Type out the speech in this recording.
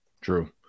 True